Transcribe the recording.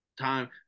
time